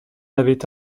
avait